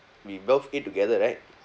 we both eat together right